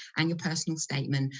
and your personal statement,